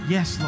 Yes